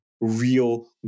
real